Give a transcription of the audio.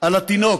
על התינוק,